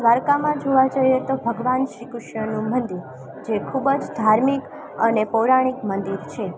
દ્વારિકામાં જોવા જઈએ તો ભગવાન શ્રી કૃષ્ણનું મંદિર જે ખૂબ જ ધાર્મિક અને પૌરાણિક મંદિર છે